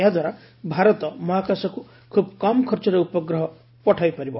ଏହାଦ୍ୱାରା ଭାରତ ମହାକାଶକୁ ଖୁବ୍ କମ୍ ଖର୍ଚ୍ଚରେ ଉପଗ୍ରହ ପଠାଇପାରିବ